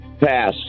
Pass